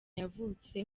yavutse